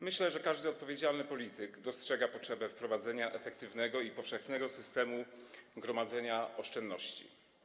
Myślę, że każdy odpowiedzialny polityk dostrzega potrzebę wprowadzenia efektywnego i powszechnego systemu gromadzenia oszczędności.